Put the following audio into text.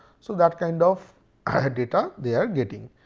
so that kind of data they are getting.